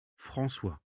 françois